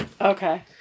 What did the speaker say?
Okay